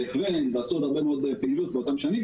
ועשו הרבה מאוד פעילות באותן שנים,